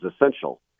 essential